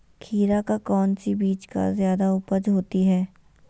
खीरा का कौन सी बीज का जयादा उपज होती है?